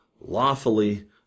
lawfully